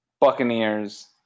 Buccaneers